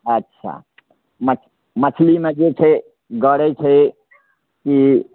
अच्छा मछ मछलीमे जे छै गरै छै ई